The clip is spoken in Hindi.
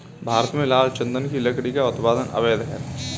भारत में लाल चंदन की लकड़ी का उत्पादन अवैध है